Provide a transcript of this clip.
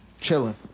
Chilling